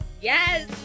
yes